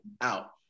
out